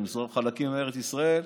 אם לא נמסור חלקים מארץ ישראל,